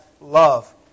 love